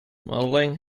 modeling